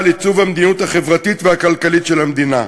על עיצוב המדיניות החברתית והכלכלית של המדינה,